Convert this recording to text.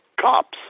cops